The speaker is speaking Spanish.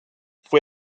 fue